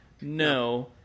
no